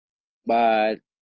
but